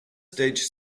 stage